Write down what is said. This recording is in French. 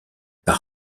par